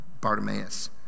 Bartimaeus